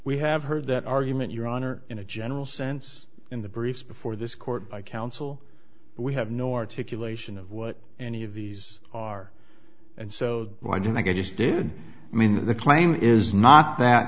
we have heard that argument your honor in a general sense in the briefs before this court by counsel but we have no articulation of what any of these are and so why didn't i just did i mean the claim is not that